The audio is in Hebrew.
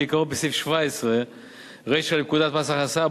שעיקרו בסעיף 17 רישא לפקודת מס הכנסה,